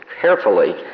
carefully